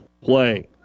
play